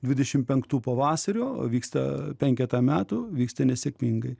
dvidešim penktų pavasario vyksta penketą metų vyksta nesėkmingai